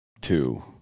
two